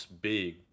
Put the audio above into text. big